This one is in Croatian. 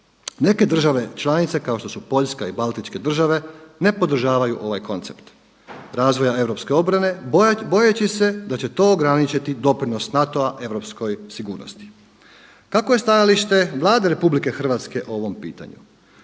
Neke države članice kao što su Poljska i Baltičke države ne podržavaju ovaj koncept razvoja europske obrane bojeći se da će to ograničiti doprinos NATO-a europskoj sigurnosti. Kakvo je stajalište Vlade RH o ovom pitanju?